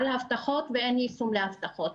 מדברות על הבטחות ואין יישום להבטחות.